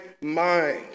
mind